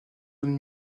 donne